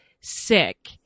sick